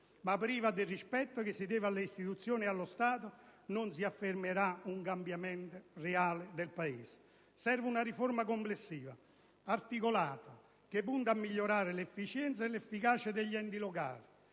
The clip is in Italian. ma priva del rispetto che si deve alle istituzioni ed allo Stato, non si affermerà un cambiamento reale del Paese. Serve una riforma complessiva e articolata, che punti a migliorare l'efficienza e l'efficacia degli enti locali,